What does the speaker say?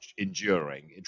enduring